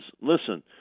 listen